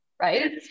right